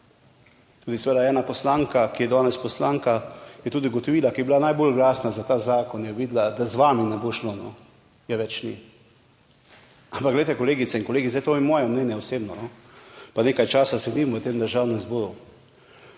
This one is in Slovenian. seveda ena poslanka, ki je danes poslanka, je tudi ugotovila, ki je bila najbolj glasna za ta zakon, je videla, da z vami ne bo šlo, je več ni. Ampak glejte, kolegice in kolegi, zdaj to je moje mnenje osebno, pa nekaj časa sedim v tem Državnem zboru.